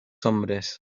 hombres